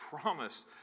promise